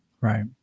Right